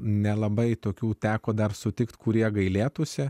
nelabai tokių teko dar sutikti kurie gailėtųsi